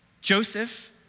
Joseph